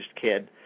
kid